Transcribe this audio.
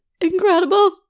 incredible